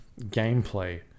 gameplay